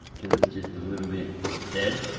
cause it's just a little bit dead.